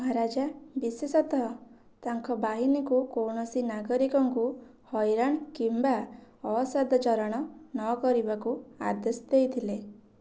ମହାରାଜା ବିଶେଷତଃ ତାଙ୍କ ବାହିନୀକୁ କୌଣସି ନାଗରିକଙ୍କୁ ହଇରାଣ କିମ୍ବା ଅସଦାଚରଣ ନକରିବାକୁ ଆଦେଶ ଦେଇଥିଲେ